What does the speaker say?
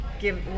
give